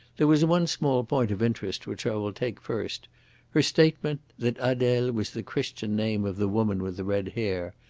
there was one small point of interest which i will take first her statement that adele was the christian name of the woman with the red hair,